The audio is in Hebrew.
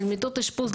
אבל מיטות אשפוז,